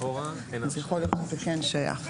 אז יכול להיות שזה כן שייך.